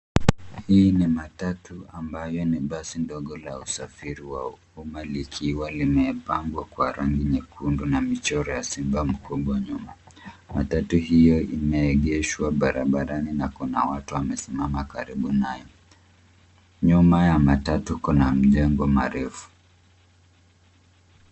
Hii ni matatu ambayo ni basi ndogo la usafiri wa umma likiwa limepambwa kwa rangi nyekundu na michoro ya simba mkongwe nyuma. Matatu hiyo imeegeshwa barabarani na kuna watu wamesimama karibu nayo. Nyuma ya matatu kuna mjengo marefu.